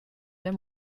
der